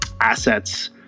assets